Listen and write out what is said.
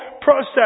process